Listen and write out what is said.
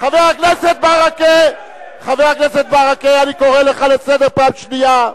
חבר הכנסת ברכה, אני קורא אותך לסדר פעם ראשונה.